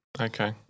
Okay